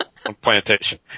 plantation